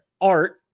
art